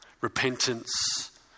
repentance